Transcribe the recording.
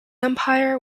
umpire